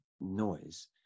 noise